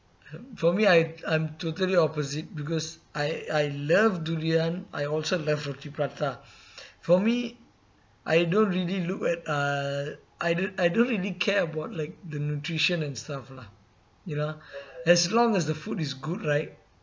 for me I I'm totally opposite because I I love durian I also love roti prata for me I don't really look at uh I don~ I don't really care about like the nutrition and stuff lah you know as long as the food is good right